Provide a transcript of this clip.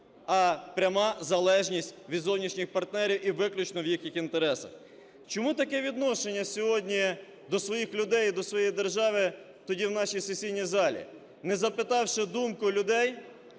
а пряма залежність від зовнішніх партнерів і виключно в їхніх інтересах. Чому таке відношення сьогодні до своїх людей і до своєї держави тоді в нашій сесійній залі? Не запитавши думку людей,